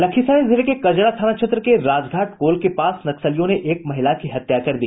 लखीसराय जिले के कजरा थाना क्षेत्र के राजघाट कोल के पास नक्सलियों ने एक महिला की हत्या कर दी